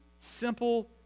simple